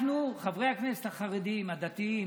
אנחנו, חברי הכנסת החרדים, הדתיים,